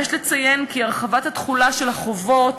יש לציין כי הרחבת התחולה של החובות